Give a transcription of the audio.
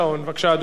בבקשה, אדוני.